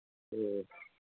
ꯎꯝ